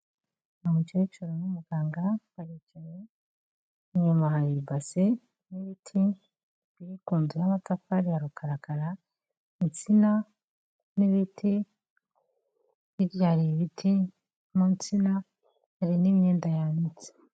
Umukecuru n'umuganga baricaye inyuma hari ibase n'ibiti biri kunzu y'amatafari ya rukarakara, insina n'ibiti, hirya hari ibiti mu nsina hari n'imyenda yanitse.